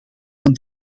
van